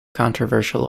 controversial